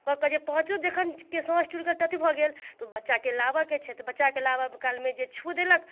आ पाँचो जखनके साँस टूट गेल तऽ अथि भऽ गेल तऽ बच्चाके लाबऽके छै तऽ बच्चाके लाबऽ कालमे जे छू देलक